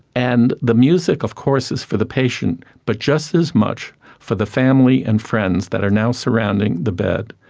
and the music of course is for the patient but just as much for the family and friends that are now surrounding the bed.